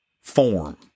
form